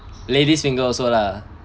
ladies finger also lah